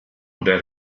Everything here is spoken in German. oder